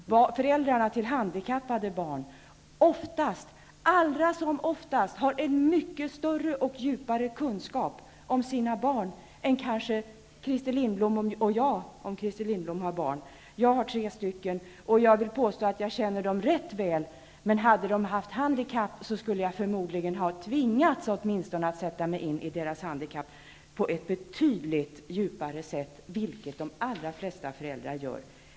Föräldrarna till handikappade barn har allra som oftast en mycket större och djupare kunskap om sina barn än kanske Christer Lindblom och jag har, om Christer Lindblom har barn. Jag har tre stycken. Jag vill påstå att jag känner dem rätt väl. Men hade de haft handikapp skulle jag förmodligen ha tvingats att sätta mig in i deras handikapp på ett betydligt djupare sätt, vilket de allra flesta föräldrar gör.